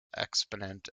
exponent